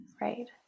Right